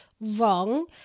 wrong